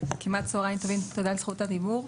כמעט צהריים טובים, תודה על זכות הדיבור.